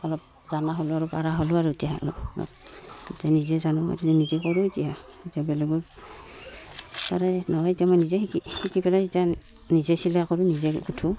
অলপ জনা হ'লোঁ আৰু পৰা হ'লোঁ আৰু এতিয়া এতিয়া নিজে জানো এতিয়া নিজে কৰোঁ এতিয়া এতিয়া বেলেগৰ তাৰে নহয় এতিয়া মই নিজে শিকি পেলাই এতিয়া নিজে চিলাই কৰোঁ নিজে গোঁঠো